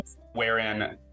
wherein